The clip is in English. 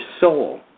soul